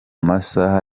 masaha